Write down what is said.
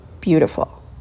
beautiful